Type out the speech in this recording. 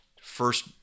first